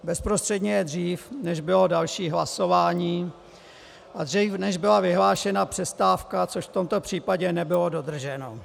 Bezprostředně je dřív, než bylo další hlasování, a dřív, než byla vyhlášena přestávka, což v tomto případě nebylo dodrženo.